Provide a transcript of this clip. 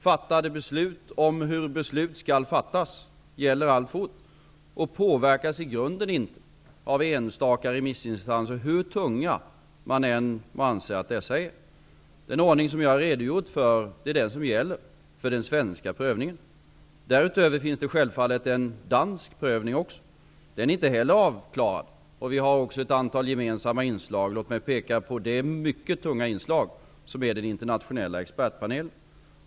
Fattade beslut om hur beslut skall fattas gäller alltfort, och de påverkas i grunden inte av enstaka remissinstanser, hur tunga man än anser att dessa är. Den ordning som jag har redogjort för är den som gäller för den svenska prövningen. Därutöver finns det självfallet också en dansk prövning. Den är inte heller avklarad. Vi har också ett antal gemensamma inslag. Låt mig peka på det mycket tunga inslag som den internationella expertpanelen är.